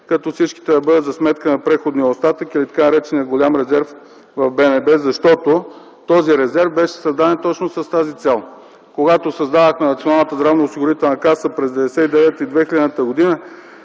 лв. Всичко да бъде за сметка на преходния остатък или така наречения Голям резерв в БНБ. Този резерв беше създаден именно с тази цел. Когато създавахме Националната здравноосигурителна каса през 1999-2000 г.,